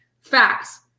facts